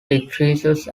decreases